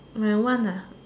my one lah